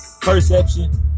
perception